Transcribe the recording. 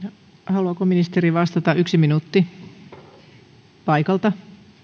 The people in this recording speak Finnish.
haluaako ministeri vastata yksi minuutti paikalta